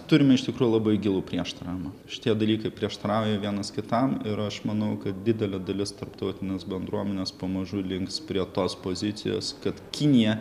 turime iš tikrųjų labai gilų prieštaravimą šitie dalykai prieštarauja vienas kitam ir aš manau kad didelė dalis tarptautinės bendruomenės pamažu links prie tos pozicijos kad kinija